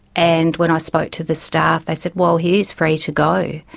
and when i spoke to the staff they said, well, he is free to go.